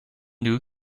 new